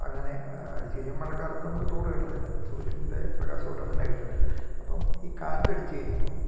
അങ്ങനെ അടിച്ചു ശരിക്കും മഴക്കാലത്ത് നമുക്ക് ചൂട് കിട്ടത്തില്ല സൂര്യൻ്റെ പ്രകാശമൊട്ടും തന്നെ കിട്ടുന്നില്ല അപ്പം ഈ കാറ്റ് അടിച്ചു കഴിയുമ്പം